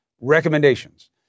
recommendations